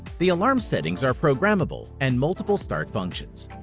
the alarm settings are programmable and multiple start functions.